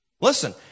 Listen